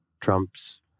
Trump's